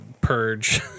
purge